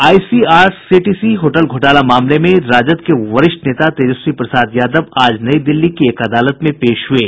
IRCTC hotel घोटाला मामले में राजद के वरिष्ठ नेता तेजस्वी प्रसाद यादव आज नई दिल्ली की एक अदालत में पेश हुये